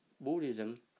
Buddhism